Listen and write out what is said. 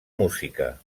música